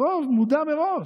רוב מודע מראש.